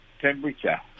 Temperature